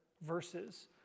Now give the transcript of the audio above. versus